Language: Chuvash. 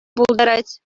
пултарать